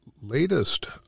latest